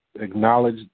acknowledge